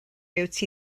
beth